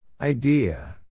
Idea